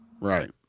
Right